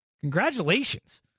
Congratulations